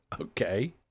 Okay